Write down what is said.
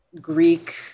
Greek